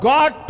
God